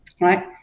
right